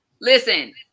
listen